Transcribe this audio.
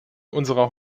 unserer